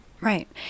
Right